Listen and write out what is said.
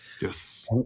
yes